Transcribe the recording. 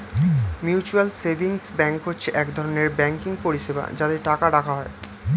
mutual savings bank হচ্ছে এক ধরনের ব্যাঙ্কিং পরিষেবা যাতে টাকা রাখা যায়